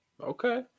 Okay